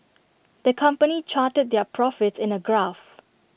the company charted their profits in A graph